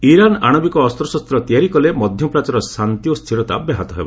Iran ଆଶବିକ ଅସ୍ତଶସ୍ତ ତିଆରି କଲେ ମଧ୍ୟପ୍ରାଚ୍ୟର ଶାନ୍ତି ଓ ସ୍ଥିରତା ବ୍ୟାହତ ହେବ